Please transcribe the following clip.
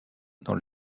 dans